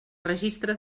registre